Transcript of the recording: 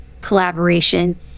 collaboration